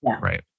Right